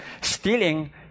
stealing